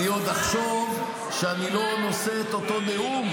אני עוד אחשוב שאני לא נושא את אותו נאום,